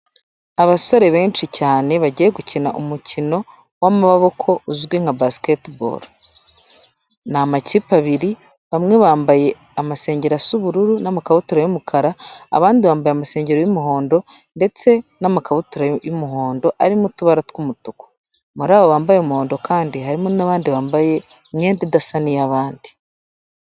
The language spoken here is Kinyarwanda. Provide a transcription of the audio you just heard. Abasore benshi cyane bagiye gukina umukino w'amaboko uzwi nka Basketball, ni amakipe abiri bamwe bambaye amasengeri asa ubururu n'amakabutura y'umukara, abandi bambaye amasengeri y'umuhondo ndetse n'amakabutura y'umuhondo arimo utubara tw'umutuku, mu abo bambaye umuhondo kandi harimo n'abandi bambaye imyenda idasa n'iy'abandi.